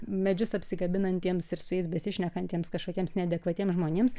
medžius apsikabinantiems ir su jais besišnekantiems kažkokiems neadekvatiems žmonėms